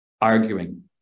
arguing